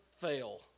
fail